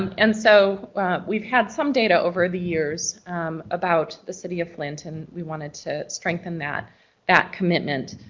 um and so we've had some data over the years about the city of flint and we wanted to strengthen that that commitment.